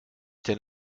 denn